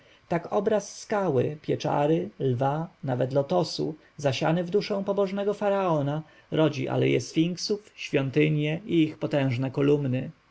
tak obraz skały pieczary lwa nawet lotosu zasiany w duszę pobożnego faraona rodzi aleje sfinksów świątynie i ich potężne kolumny